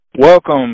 Welcome